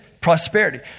Prosperity